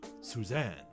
Suzanne